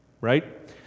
right